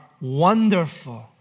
wonderful